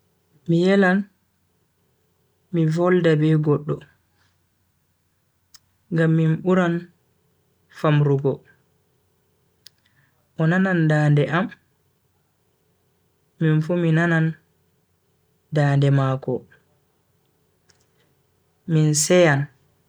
Mi yelan mi volda be goddo ngam min buran famrugo o nanan dande am minfu mi nanan dande mako. min seyan.